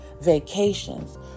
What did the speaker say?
vacations